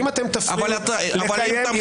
אם תפריעו לקיים --- שמעת אותי ומה?